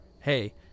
hey